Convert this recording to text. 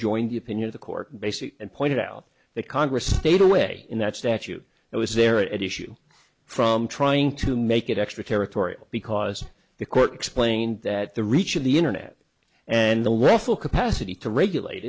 join the opinion of the court basically and pointed out that congress stayed away in that statute that was there at issue from trying to make it extra territorial because the court explain that the reach of the internet and the west for capacity to regulate